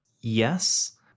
yes